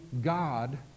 God